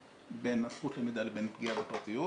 או חוסר היכולת לאזן בין הזכות למידע לבין הזכות לפרטיות.